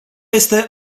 este